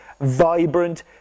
vibrant